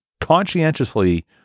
conscientiously